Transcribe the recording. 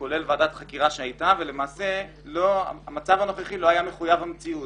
כולל ועדת חקירה שהייתה ולמעשה המצב הנוכחי לא היה מחויב המציאות.